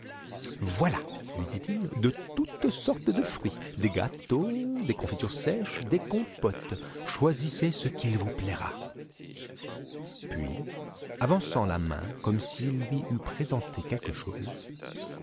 voilà lui dit-il de toutes sortes de fruits des gâteaux des confitures sèches des compotes choisissez ce qu'il vous plaira puis avançant la main comme s'il lui eût présenté quelque chose